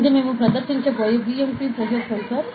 ఇది మేము ప్రదర్శించబోయే BMP ప్రెజర్ సెన్సార్